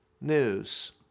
news